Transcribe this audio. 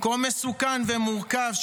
כה מסוכן ומורכב,